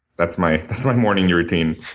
that's my that's my morning routine.